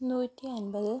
നൂറ്റി അൻപത്